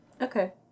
Okay